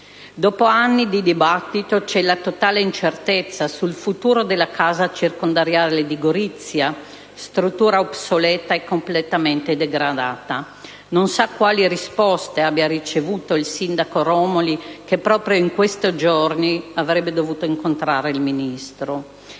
Dopo anni di dibattito c'è la totale incertezza sul futuro della casa circondariale di Gorizia, struttura obsoleta e completamente degradata. Non so quali risposte abbia ricevuto il sindaco Romoli che in questi giorni avrebbe dovuto incontrarla: il carcere